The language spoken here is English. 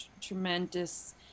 tremendous